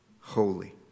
holy